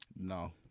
No